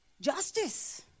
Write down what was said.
justice